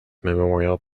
memorial